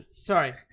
Sorry